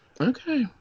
Okay